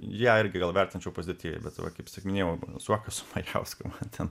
ją irgi gal vertinčiau pozityviai bet va kaip tiesiog minėjau zuokas su majausku man ten